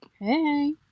Hey